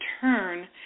turn